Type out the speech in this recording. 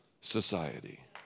society